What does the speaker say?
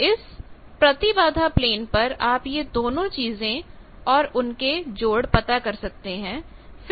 तो इस प्रतिबाधा प्लेन पर आप यह दोनों चीजें और उनके जोड़ पता कर सकते हैं